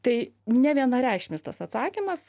tai nevienareikšmis tas atsakymas